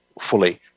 fully